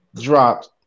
dropped